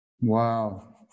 Wow